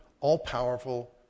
all-powerful